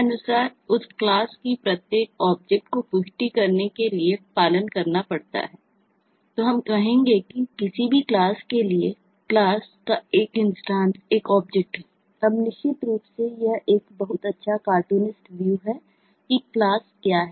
अब निश्चित रूप से यह एक बहुत अच्छा कार्टूनिस्ट व्यू क्या है